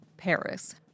Paris